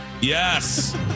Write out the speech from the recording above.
Yes